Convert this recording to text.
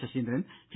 Saseendran K